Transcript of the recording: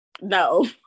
No